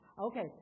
Okay